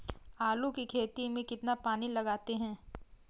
आलू की खेती में कितना पानी लगाते हैं?